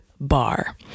bar